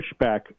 pushback